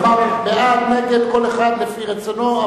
לומר בעד, נגד, כל אחד לפי רצונו.